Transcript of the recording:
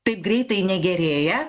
taip greitai negerėja